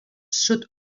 sud